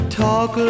talk